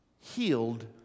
healed